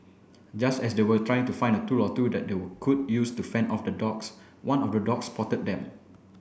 just as they were trying to find a tool or two that they could use to fend off the dogs one of the dogs spotted them